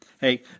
Hey